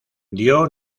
dio